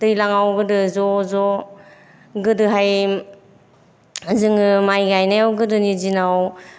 दैलाङाव गोदो ज' ज' गोदोहाय जोङो माइ गायनायाव गोदोनि दिनाव